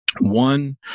one